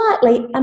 slightly